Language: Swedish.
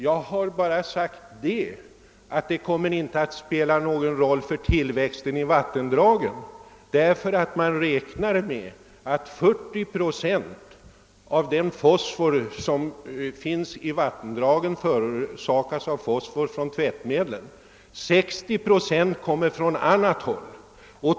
Jag har bara betonat att det inte kommer att spela någon roll för igenväxningen av vattendragen, eftersom man räknar med att 40 procent av den fosfor som finns i våra vattendrag härrör från fosfor i tvättmedel medan 60 procent kommer från annat håll.